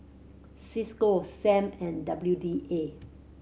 Cisco Sam and W D A